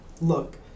Look